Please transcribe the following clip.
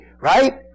right